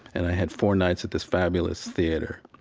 and i had four nights at this fabulous theater.